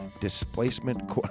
displacement